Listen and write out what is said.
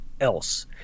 else